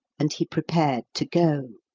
and he prepared to go.